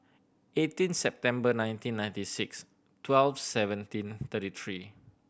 eighteen September nineteen ninety six twelve seventeen thirty three